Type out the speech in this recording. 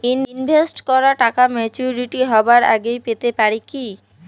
Invest করা টাকা maturity হবার আগেই পেতে পারি কি?